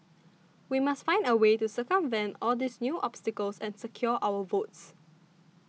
we must find a way to circumvent all these new obstacles and secure our votes